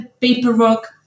paperwork